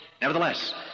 Nevertheless